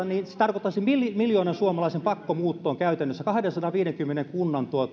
niin se tarkoittaisi käytännössä miljoonan suomalaisen pakkomuuttoa kahdensadanviidenkymmenen kunnan